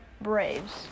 Braves